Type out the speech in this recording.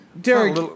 Derek